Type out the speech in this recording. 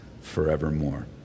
forevermore